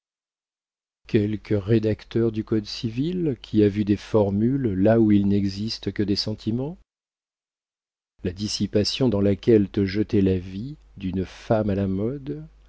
quelque rédacteur du code civil qui a vu des formules là où il n'existe que des sentiments la dissipation dans laquelle te jetait la vie d'une femme à la mode